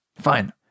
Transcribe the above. fine